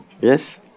yes